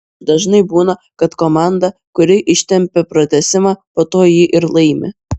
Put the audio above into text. dažnai būna kad komanda kuri ištempią pratęsimą po to jį ir laimi